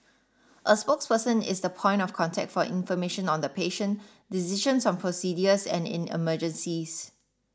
a spokesperson is the point of contact for information on the patient decisions on procedures and in emergencies